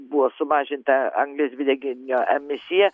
buvo sumažinta anglies dvideginio emisija